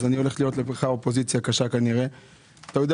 אז אני הולך להיות לך אופוזיציה קשה כנראה.